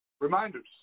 Reminders